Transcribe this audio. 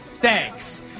Thanks